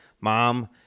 mom